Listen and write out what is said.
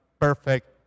perfect